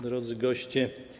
Drodzy Goście!